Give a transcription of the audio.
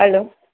hello